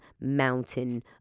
mountain